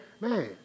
man